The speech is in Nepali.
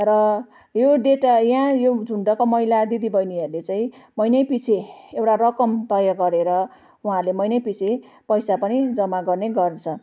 र यो डेटा यहाँ यो झुण्डका महिला दिदीबहिनीहरूले चाहिँ महिनैपिच्छे एउटा रकम तय गरेर उहाँहरूले महिनैपिच्छे पैसा पनि जम्मा गर्ने गर्छ